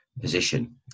position